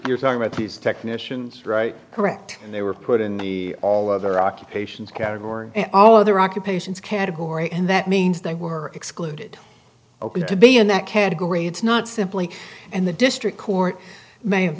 you're talking about these technicians right correct and they were put in the all other occupations category and all other occupations category and that means they were excluded to be in that category it's not simply and the district court may have